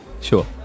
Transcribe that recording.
Sure